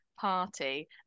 party